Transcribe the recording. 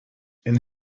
and